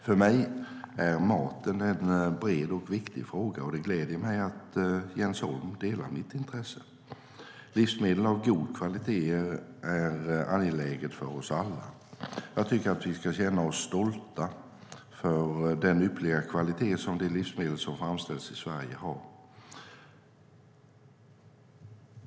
För mig är maten en bred och viktig fråga, och det gläder mig att Jens Holm delar mitt intresse. Livsmedel av god kvalitet är angeläget för oss alla. Jag tycker att vi ska känna oss stolta över den ypperliga kvalitet som de livsmedel som framställs i Sverige har.